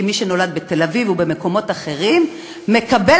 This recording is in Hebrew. כי מי שנולד בתל-אביב ובמקומות אחרים מקבל